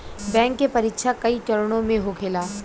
bank के परीक्षा कई चरणों में होखेला